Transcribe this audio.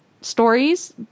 stories